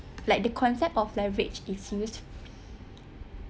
like the concept of leverage is used